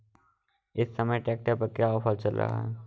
इस समय ट्रैक्टर पर क्या ऑफर चल रहा है?